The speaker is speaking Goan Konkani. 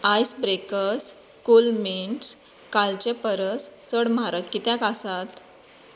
आयस ब्रेकस कोल मिंट्स कालचे परस चड म्हारग कित्याक आसात